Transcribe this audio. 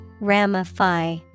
Ramify